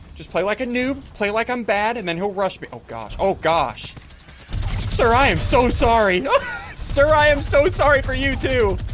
just play like a noob play like i'm bad and then he'll rush me. oh gosh. oh gosh sir, i am so sorry sir. i am so sorry for you, too